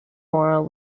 morrow